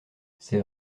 c’est